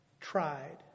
tried